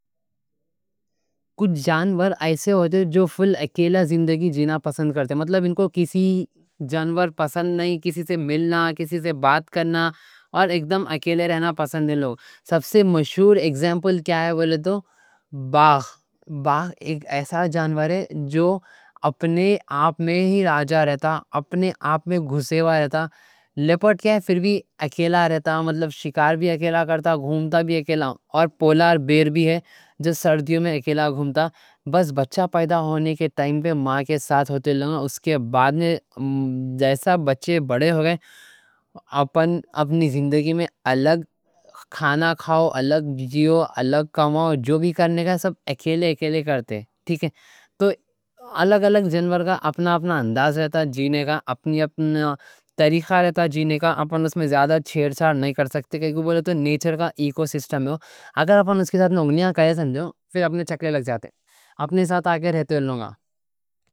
کچھ جانور ایسے ہوتے ہیں جو فل اکیلا زندگی جینا پسند کرتے ہیں، مطلب ان کو کسی سے ملنا، کسی سے بات کرنا اور اکیلا رہنا پسند ہیں، لوگ۔ سب سے مشہور اِگزامپل کیا ہے بولے تو باگھ ایک ایسا جانور ہے جو اپنے آپ میں ہی راجا رہتا، اپنے آپ میں گھسے وا رہتا۔ لپٹ کیا ہے پھر بھی اکیلا رہتا، مطلب شکار بھی اکیلا کرتا، گھومتا بھی اکیلا اور پولار بیر بھی ہے۔ جو سردیوں میں اکیلا گھومتا، بس بچہ پیدا ہونے کے ٹائم پہ ماں کے ساتھ ہوتے لوگ، اُس کے بعد میں جیسا بچے بڑے ہو گئے۔ اپنی زندگی میں الگ کھانا کھاؤ، الگ جیو، الگ کماؤ، جو بھی کرنے کا ہے سب اکیلے اکیلے کرتے ہیں، ٹھیک ہے۔ تو الگ الگ جانور کا اپنا اپنا انداز رہتا جینے کا، اپنا اپنا طریقہ رہتا جینے کا۔ اپن اس میں زیادہ چھیر چھار نئیں کر سکتے، کہ کوئی بولے تو نیچر کا ایکو سسٹم ہے۔ اگر اپن ان کے ساتھ نونگنیاں کھائے سمجھو، پھر اپنے چکلے لگ جاتے، اپنے ساتھ آ کے رہتے لوگا۔